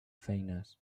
feines